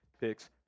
Picks